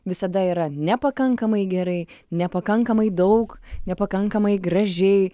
visada yra nepakankamai gerai nepakankamai daug nepakankamai gražiai